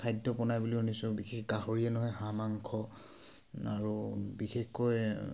খাদ্য বনাই বুলি শুনিছোঁ বিশেষ গাহৰিয়ে নহয় হাঁহ মাংস আৰু বিশেষকৈ